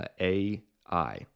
A-I